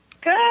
Good